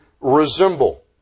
resemble